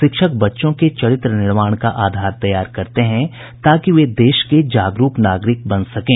शिक्षक बच्चों के चरित्र निर्माण का आधार तैयार करते हैं ताकि वे देश के जागरूक नागरिक बन सकें